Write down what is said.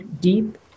deep